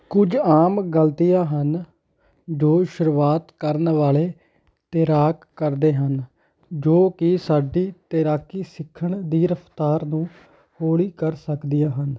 ਕੁਝ ਆਮ ਗਲਤੀਆਂ ਹਨ ਜੋ ਸ਼ੁਰੂਆਤ ਕਰਨ ਵਾਲੇ ਤੈਰਾਕ ਕਰਦੇ ਹਨ ਜੋ ਕਿ ਸਾਡੀ ਤੈਰਾਕੀ ਸਿੱਖਣ ਦੀ ਰਫ਼ਤਾਰ ਨੂੰ ਹੌਲੀ ਕਰ ਸਕਦੀਆਂ ਹਨ